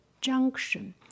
junction